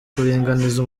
kuringaniza